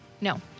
No